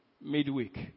midweek